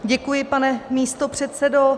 Děkuji, pane místopředsedo.